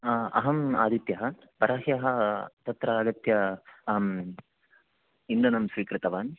हा अहम् आदित्यः परह्यः तत्रागत्य अहम् इन्धनं स्वीकृतवान्